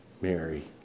Mary